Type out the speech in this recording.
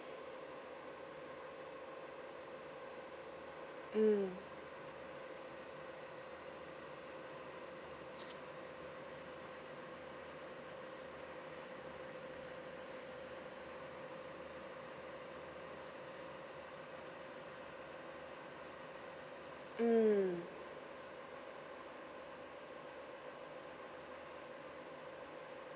mm mm